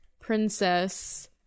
princess